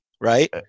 Right